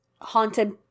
haunted